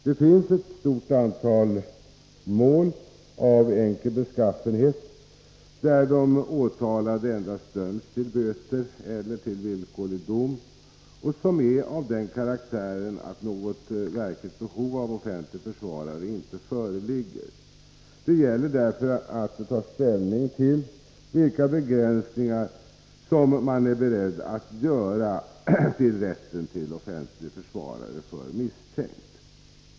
Det finns ett stort antal mål av enkel beskaffenhet där de åtalade endast döms till böter eller till villkorlig dom och som är av den karaktären att något verkligt behov av offentlig försvarare inte föreligger. Det gäller därför att ta ställning till vilka begränsningar som man är beredd att göra i rätten till offentlig försvarare för misstänkt.